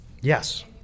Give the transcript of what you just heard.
Yes